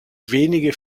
wenige